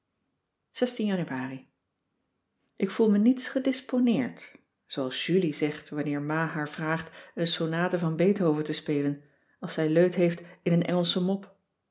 januari ik voel me niets gedisponeerd zooals julie zegt wanneer ma haar vraagt een sonate van beethoven te spelen als zij leut heeft in een engelsche mop